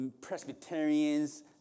Presbyterians